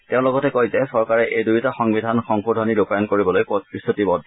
তেওঁ লগতে কয় যে চৰকাৰে এই দুয়োটা সংবিধান সংশোধনী ৰূপায়ণ কৰিবলৈ প্ৰতিশ্ৰুতিবদ্ধ